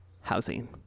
housing